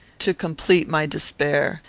to complete my despair,